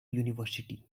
university